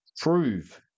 prove